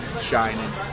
shining